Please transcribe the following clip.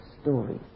stories